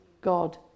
God